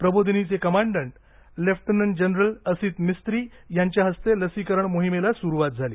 प्रबोधिनीचे commandant lieutenant general Asit Mistry यांच्या हस्ते लसीकरण मोहिमेला सुरुवात झाली